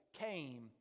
came